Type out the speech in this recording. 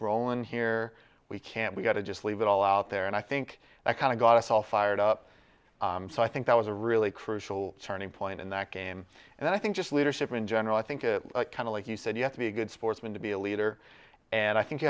rolling here we can't we've got to just leave it all out there and i think that kind of got us all fired up so i think that was a really crucial turning point in that game and i think just leadership in general i think it kind of like he said you have to be a good sportsman to be a leader and i think you